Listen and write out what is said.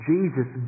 Jesus